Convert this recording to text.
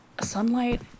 Sunlight